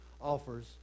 offers